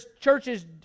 churches